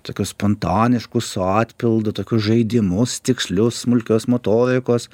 tokius spontaniškus su atpildu tokius žaidimus tiksliau smulkios motorikos